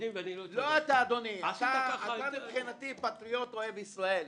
לא, אתה מבחינתי פטריוט אוהב ישראל.